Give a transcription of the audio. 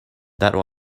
that